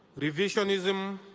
revisionism,